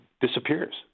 disappears